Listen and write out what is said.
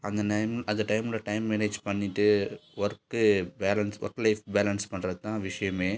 அந்த நேம் அந்த டைமில் டைம் மேனேஜ் பண்ணிட்டு work balance work life balance பண்ணுறது தான் விஷயமே